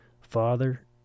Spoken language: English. Father